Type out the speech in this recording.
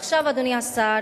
עכשיו, אדוני השר,